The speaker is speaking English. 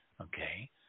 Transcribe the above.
Okay